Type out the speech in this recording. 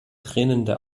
tränende